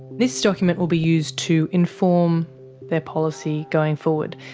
this document will be used to inform their policy going forward.